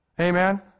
Amen